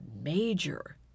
major